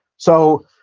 so,